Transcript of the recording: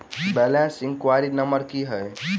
Balance enquiry number की है?